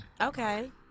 Okay